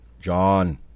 John